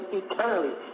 eternally